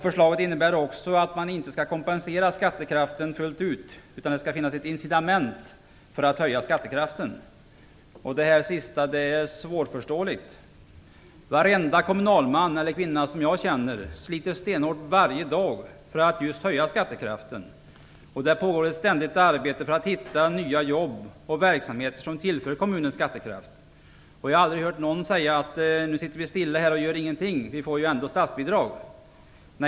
Förslaget innebär också att man inte fullt ut skall kompensera skattekraften, utan det skall finnas ett incitament för att stärka skattekraften. Det sista är svårt att förstå. Varenda kommunalpolitiker som jag känner sliter stenhårt varje dag för att just stärka skattekraften. Det pågår ett ständigt arbete med att hitta nya jobb och verksamheter som tillför kommunen skattekraft. Jag har aldrig hört att man sitter stilla och inte gör någonting, eftersom man ändå får statsbidrag.